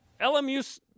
LMU